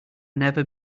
never